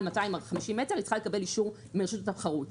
250 מטר צריכה לקבל אישור מרשות התחרות.